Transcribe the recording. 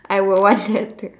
I would want that too